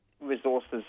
resources